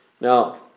Now